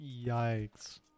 Yikes